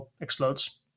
explodes